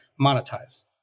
monetize